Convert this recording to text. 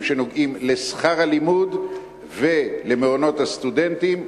שנוגעים לשכר הלימוד ולמעונות הסטודנטים,